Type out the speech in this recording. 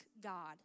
God